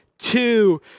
two